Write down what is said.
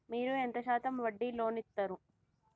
మీరు ఎంత శాతం వడ్డీ లోన్ ఇత్తరు?